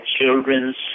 children's